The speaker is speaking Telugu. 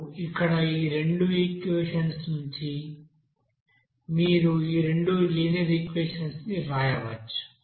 కాబట్టి ఈ రెండు ఈక్వెషన్స్ నుండి మీరు ఈ రెండు లినియర్ ఈక్వెషన్స్ ని వ్రాయవచ్చు